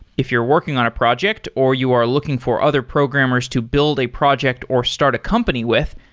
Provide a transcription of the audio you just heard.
if you're working on a project or you are looking for other programmers to build a project or start a company with,